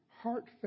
heartfelt